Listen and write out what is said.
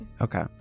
Okay